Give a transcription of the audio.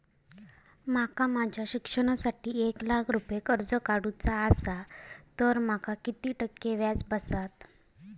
माका माझ्या शिक्षणासाठी एक लाख रुपये कर्ज काढू चा असा तर माका किती टक्के व्याज बसात?